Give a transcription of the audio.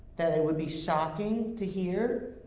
that it would be shocking to hear,